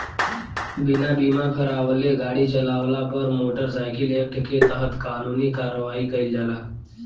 बिना बीमा करावले गाड़ी चालावला पर मोटर साइकिल एक्ट के तहत कानूनी कार्रवाई कईल जाला